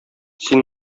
син